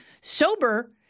sober